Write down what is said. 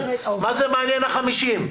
מה מעניין ה-50?